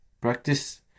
practice